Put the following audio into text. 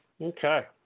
Okay